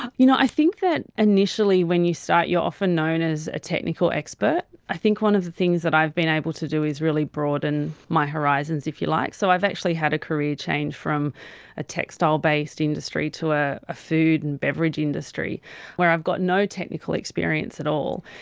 you know, i think that initially when you start you're often known as a technical expert. i think one of the things that i've been able to do is really broaden my horizons, if you like. so i've actually had a career change from a textile based industry to a a food and beverage industry where i've got no technical experience at all.